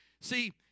See